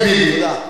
חבר הכנסת ביבי, תודה.